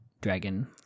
dragon